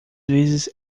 vezes